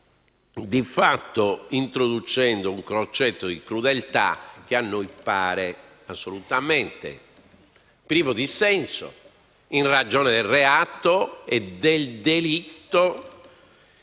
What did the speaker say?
di fatto un concetto di crudeltà che a noi pare assolutamente privo di senso in ragione del reato e del delitto